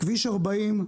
כביש 40,